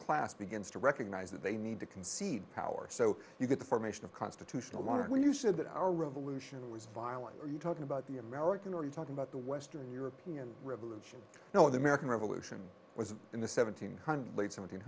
class begins to recognize that they need to concede power so you get the formation of constitutional law when you said that our revolution was violent are you talking about the american or you talk about the western european revolution you know the american revolution was in the seventeen hundred seventeen